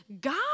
God